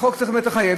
החוק צריך באמת לחייב,